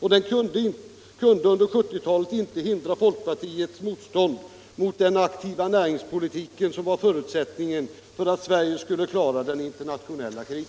och den har under 1970-talet inte kunnat dämpa folkpartiets motstånd mot den aktiva näringspolitiken, som var förutsättningen för att Sverige skulle klara den internationella krisen.